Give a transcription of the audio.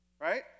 Right